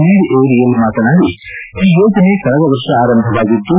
ಮೀರ್ ಏರಿಯಲ್ ಮಾತನಾಡಿ ಈ ಯೋಜನೆ ಕಳೆದ ವರ್ಷ ಆರಂಭವಾಗಿದ್ದು